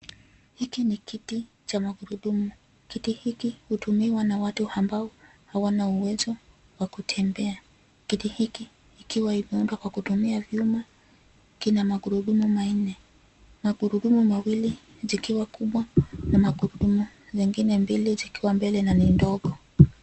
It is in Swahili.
Hiki ni kiti cha magurudumu, kiti hiki hutumiwa na watu ambao, hawana uwezo, wa kutembea, kiti hiki, ikiwa imeundwa kwa kutumia vyuma, kina magurudumu manne, magurudumu mawili, zikiwa kubwa na magurudumu, zengine zikiwa mbele na ni ndogo.